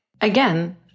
Again